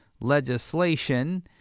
Legislation